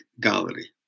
gallery